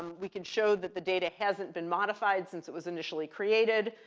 we can show that the data hasn't been modified since it was initially created.